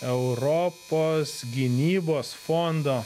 europos gynybos fondo